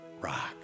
rock